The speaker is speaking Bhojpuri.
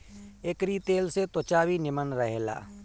एकरी तेल से त्वचा भी निमन रहेला